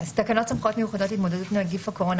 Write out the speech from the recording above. "תקנות סמכויות מיוחדות להתמודדות עם נגיף הקורונה